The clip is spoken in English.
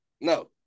no